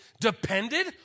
depended